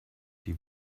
die